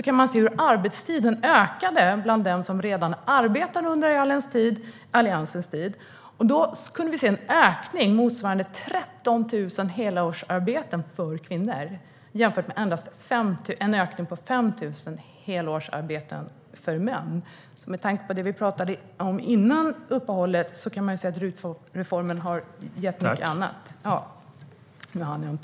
kan man se hur arbetstiden ökade bland dem som redan arbetade under Alliansens tid. Det skedde en ökning motsvarande 13 000 helårsarbeten för kvinnor, jämfört med en ökning på endast 5 000 helårsarbeten för män. Med tanke på det vi pratade om före uppehållet kan man säga att RUT-reformen har gett mycket annat.